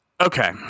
Okay